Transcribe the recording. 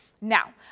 Now